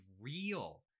real